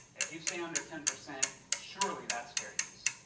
if you stay under ten percent surely that's fair use.